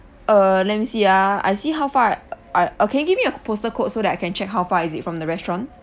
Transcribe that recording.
err let me see ah I see how far I I uh can you give me your postal code so that I can check how far is it from the restaurant